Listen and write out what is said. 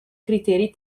criteri